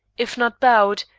if not bowed,